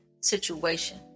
situation